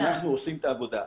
לכן אנחנו עושים את העבודה.